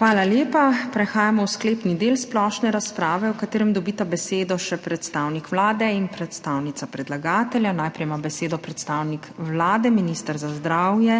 Hvala lepa. Prehajamo v sklepni del splošne razprave, v katerem dobita besedo še predstavnik Vlade in predstavnica predlagatelja. Najprej ima besedo predstavnik Vlade, minister za zdravje